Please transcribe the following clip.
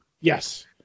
yes